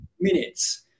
minutes